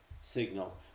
signal